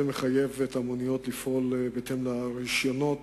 זה מחייב את המוניות לפעול בהתאם לרשיונות